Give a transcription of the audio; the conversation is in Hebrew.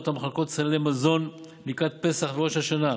המחלקות סלי מזון לקראת פסח וראש השנה,